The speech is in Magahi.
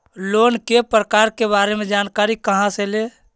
लोन के प्रकार के बारे मे जानकारी कहा से ले?